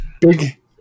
big